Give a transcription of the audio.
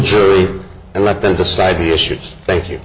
jury and let them decide he assures thank you